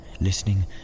Listening